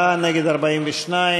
איציק שמולי,